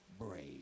brave